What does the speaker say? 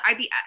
IBS